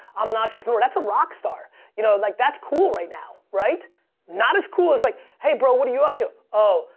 i'm an entrepreneur. that's a rockstar. you know like that's cool right now. not as cool as like hey bro, what are you up to? oh,